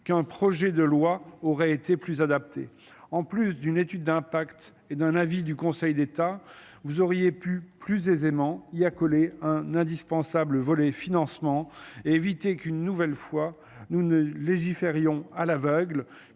Zuleeg de loi aurait été plus adapté en plus d'une étude d'impact et d'un avis du Conseil d'etat, vous auriez pu plus aisément y accoler un indispensable volet financement et éviter qu'une nouvelle fois nous ne légiférions à l'aveugle